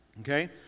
Okay